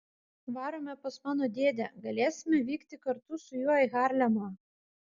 varome pas mano dėdę galėsime vykti kartu su juo į harlemą